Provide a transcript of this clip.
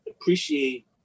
appreciate